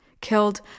killed